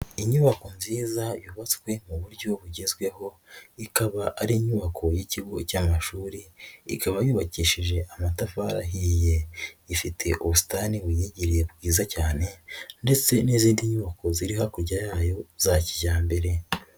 Inyubako nziza yubatswe mu buryo bugezweho, ikaba ari inyubako y'ikigo cy'amashuri ikaba yubakishije amatafari ahiye ifite ubusitani uyigiriye bwiza cyane ndetse n'izindi nyubako ziri hakurya yayo za kijyambere.